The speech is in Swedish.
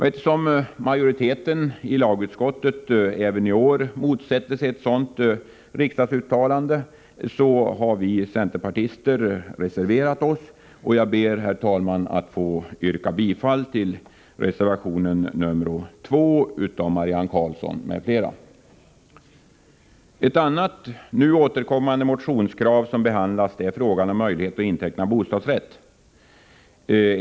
Eftersom majoriteten i lagutskottet även i år motsätter sig ett sådant riksdagsuttalande har vi centerpartister reserverat oss. Jag ber, herr talman, att få yrka bifall till reservation nr 2 av Marianne Karlsson m.fl. Ett annat motionskrav som behandlats är möjlighet att inteckna bostadsrätt.